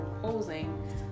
posing